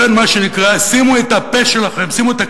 לכן, מה שנקרא, שימו את הפה שלכם,